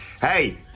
hey